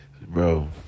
bro